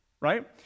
right